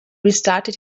restarted